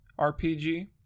RPG